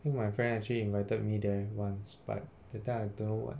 think my friend actually invited me there once but that time I don't know [what]